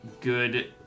good